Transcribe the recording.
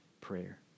prayer